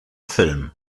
film